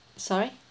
sorry